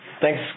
Thanks